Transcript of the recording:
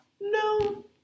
No